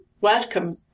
welcome